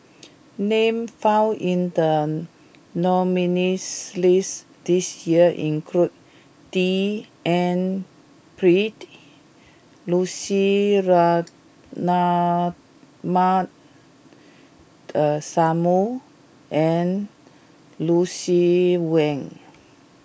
names found in the nominees' list this year include D N Pritt Lucy Ratnammah the Samuel and Lucien Wang